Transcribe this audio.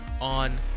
on